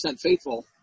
faithful